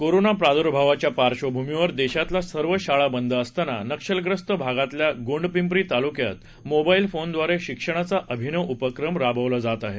corona प्रादुर्भावाच्या पार्श्वभूमीवर देशातल्या सर्व शाळा बंद असताना नक्षलग्रस्त भागातल्या गोंडपिपरी तालुक्यात मोबा क्रि फोनद्वारे शिक्षणाचा अभिनव उपक्रम राबवला जात आहे